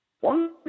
One